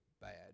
bad